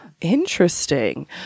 Interesting